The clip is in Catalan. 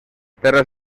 terres